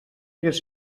tres